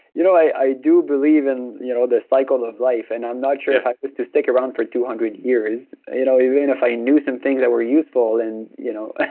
you know i do believe in you know the cycle of life, and i'm not sure if i was to stick around for two hundred years. you know even if i knew some things that were useful, and you know ah